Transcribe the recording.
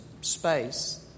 space